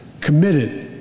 committed